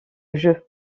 jeu